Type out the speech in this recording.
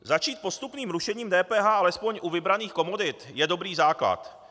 Začít postupným rušením DPH alespoň u vybraných komodit je dobrý základ.